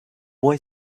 boy